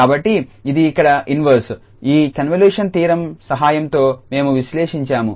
కాబట్టి ఇది ఇక్కడ ఇన్వర్స్ ఈ కన్వల్యూషన్ థీరం సహాయంతో మేము విశ్లేషించాము